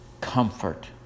comfort